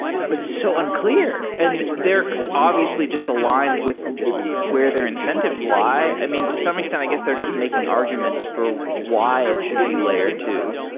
but it's so unclear, and they're obviously just aligned with where their incentives lie. i mean, to some extent i guess they're just making arguments for why it should be layer two,